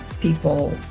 people